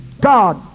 God